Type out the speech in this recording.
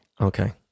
Okay